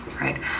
right